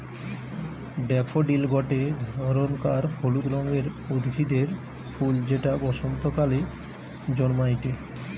daffodil গটে ধরণকার হলুদ রঙের উদ্ভিদের ফুল যেটা বসন্তকালে জন্মাইটে